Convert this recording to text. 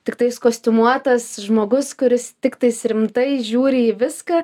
tiktais kostiumuotas žmogus kuris tiktais rimtai žiūri į viską